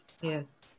Yes